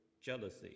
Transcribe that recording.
jealousy